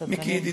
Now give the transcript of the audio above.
מיכי ידידי.